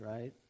right